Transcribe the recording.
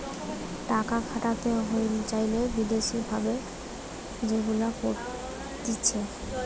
টাকা খাটাতে চাইলে বিদেশি ভাবে যেগুলা করতিছে